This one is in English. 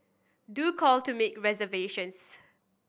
do call to make reservations